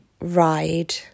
ride